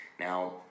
Now